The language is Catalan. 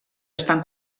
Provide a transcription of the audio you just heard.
estan